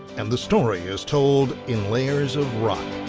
and the story is told in layers of rock.